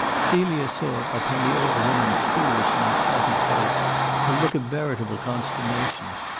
celia saw upon the old woman's foolish and excited face a look of veritable consternation.